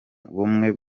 bumwe